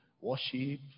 worship